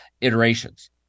iterations